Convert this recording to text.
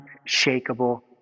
unshakable